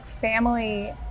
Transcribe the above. family